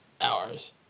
hours